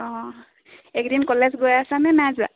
অঁ এইকেইদিন কলেজ গৈ আছ নে নাই যোৱা